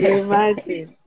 imagine